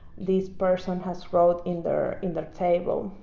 this person has wrote in their in their table.